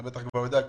אתה בטח כבר יודע,